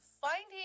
finding